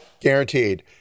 Guaranteed